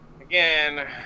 Again